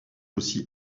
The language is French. aussi